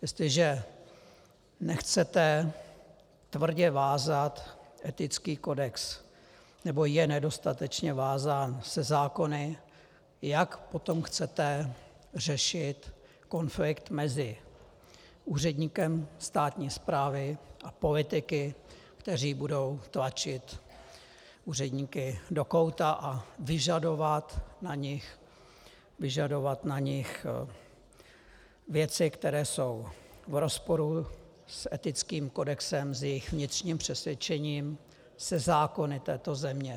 Jestliže nechcete tvrdě vázat etický kodex, nebo je nedostatečně vázán se zákony, jak potom chcete řešit konflikt mezi úředníkem státní správy a politiky, kteří budou tlačit úředníky do kouta a vyžadovat na nich věci, které jsou v rozporu s etickým kodexem, s jejich vnitřním přesvědčením, se zákony této země?